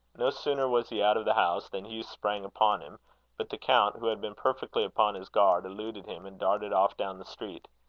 no sooner was he out of the house, than hugh sprang upon him but the count, who had been perfectly upon his guard, eluded him, and darted off down the street.